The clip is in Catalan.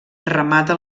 remata